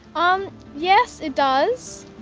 um yes it does,